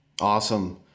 Awesome